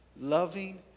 loving